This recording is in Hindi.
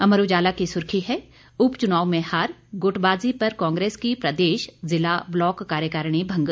अमर उजाला की सुर्खी है उपचुनाव में हार गुटबाजी पर कांग्रेस की प्रदेश जिला ब्लॉक कार्यकारिणी भंग